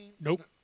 Nope